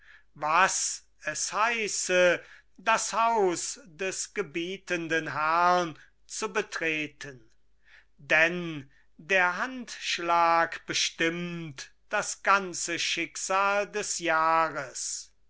was es heiße das haus des gebietenden herrn zu betreten denn der handschlag bestimmt das ganze schicksal des jahres